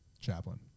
Chaplin